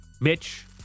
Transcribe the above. Mitch